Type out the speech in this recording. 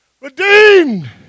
Redeemed